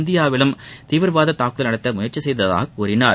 இந்தியாவிலும் தீவிரவாத தாக்குதல் நடத்த முயற்சி செய்ததாக கூறினார்